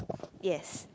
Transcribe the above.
yes